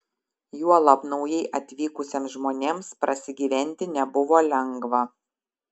juolab naujai atvykusiems žmonėms prasigyventi nebuvo lengva